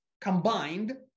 combined